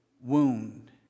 wound